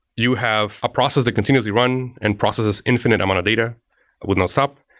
you have a process that continuously run and processes infinite amount of data with no stop.